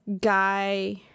guy